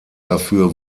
dafür